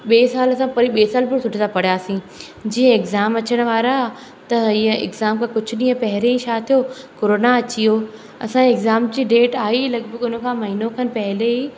ॿिए साल असां परी ॿिए साल बि सुठे सां पढ़ियासीं जीअं एग्ज़ाम अचणु वारा त इहा एग्ज़ाम खां कुझु ॾींहुं पहिरे ई छा थियो कोरोना अची वियो असांजे एग्ज़ाम जी डेट आइ लॻभॻि उन खां महिनो खनि पहिले ई